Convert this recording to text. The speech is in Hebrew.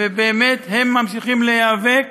ובאמת, הם ממשיכים להיאבק